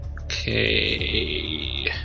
Okay